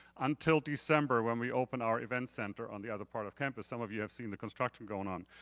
until december when we open our event center on the other part of campus. some of you have seen the construction going on.